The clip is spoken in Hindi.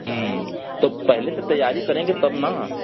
तो पहले से तैयारी करेंगे तब ना